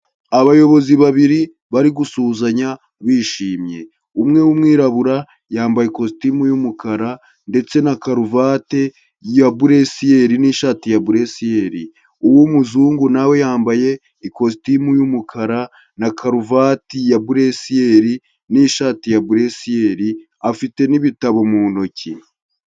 Abayobozi babiri bari gusuhuzanya bishimye, umwe w'umwirabura yambaye ikositimu y'umukara ndetse na karuvati ya buresiyeri n'ishati ya buresiyeri, uw'umuzungu na we yambaye ikositimu y'umukara na karuvati ya buresiyeri n'ishati ya buresiyeri, afite n'ibitabo mu ntoki.